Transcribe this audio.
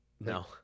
No